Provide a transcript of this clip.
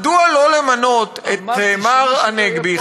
מדוע לא למנות את מר הנגבי,